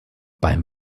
beim